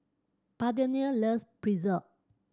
Parthenia loves Pretzel